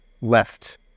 left